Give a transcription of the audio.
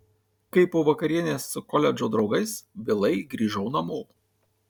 kai po vakarienės su koledžo draugais vėlai grįžau namo